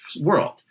world